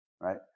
right